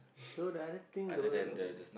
so the other thing the